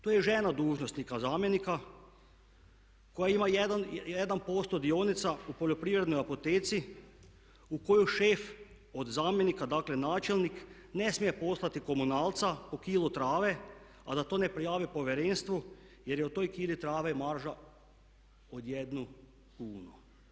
Tu je žena dužnosnika zamjenika koja ima 1% dionica u poljoprivrednoj apoteci u kojoj šef od zamjenika, dakle načelnik ne smije poslati komunalca po kilu trave, a da to ne prijave Povjerenstvu jer je u toj kili trave marža od jednu kunu.